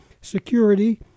security